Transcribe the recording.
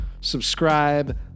subscribe